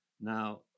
Now